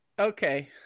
Okay